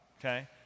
Okay